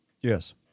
Yes